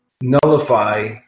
nullify